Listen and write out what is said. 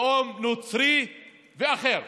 לאום נוצרי ואחר.